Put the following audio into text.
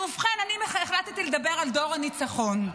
אז ובכן, אני החלטתי לדבר על דור הניצחון.